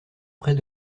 près